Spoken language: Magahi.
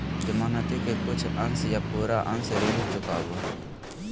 जमानती के कुछ अंश या पूरा अंश ऋण चुकावो हय